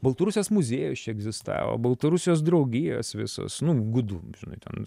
baltarusijos muziejus čia egzistavo baltarusijos draugijos visos nu gudų žinai ten